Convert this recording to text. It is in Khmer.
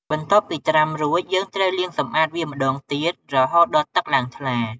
បន្ទាប់ពីត្រាំរួច យើងត្រូវលាងសម្អាតវាម្ដងទៀត រហូតដល់ទឹកឡើងថ្លា។